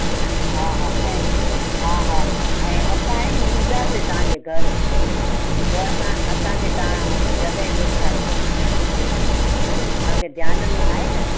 हा हा ऐं हा हा ऐं असांजे नी ईंदासीं तव्हांजे घरु पोइ असां असांखे तव्हां जॻह ॾेखारजो मुखे हा नी तव्हांखे ध्यान में आहे न